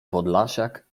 podlasiak